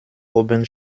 oben